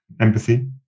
empathy